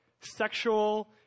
Sexual